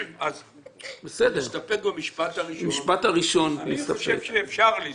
נסתפק במשפט הראשון, אני חושב שאפשר.